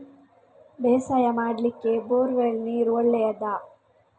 ಬೇಸಾಯ ಮಾಡ್ಲಿಕ್ಕೆ bore well ನೀರು ಒಳ್ಳೆಯದಾ?